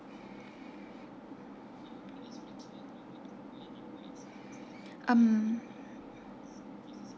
um